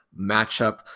matchup